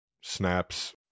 snaps